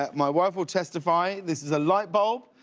ah my wife will testify this is a light bulb.